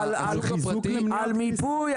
על מיפוי,